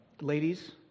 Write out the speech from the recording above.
Ladies